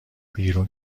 بیرون